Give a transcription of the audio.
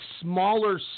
smaller